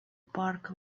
park